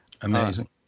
Amazing